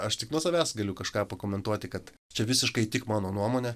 aš tik nuo savęs galiu kažką pakomentuoti kad čia visiškai tik mano nuomonė